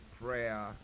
prayer